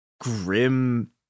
grim